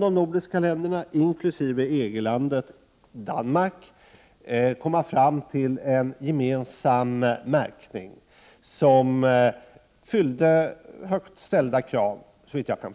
De nordiska länderna, inkl. EG-landet Danmark, har lyckats komma fram till en gemensam märkning, som såvitt jag kan förstå, uppfyller högt ställda krav.